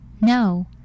No